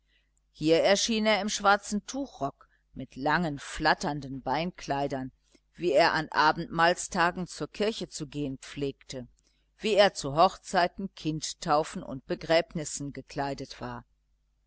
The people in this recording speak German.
hier erschien er im schwarzen tuchrock mit langen flatternden beinkleidern wie er an abendmahlstagen zur kirche zu gehn pflegte wie er zu hochzeiten kindtaufen und begräbnissen gekleidet war